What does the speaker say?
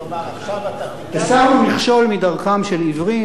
הסרנו מכשול מדרכם של עיוורים,